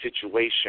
situation